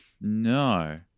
no